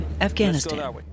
Afghanistan